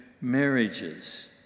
marriages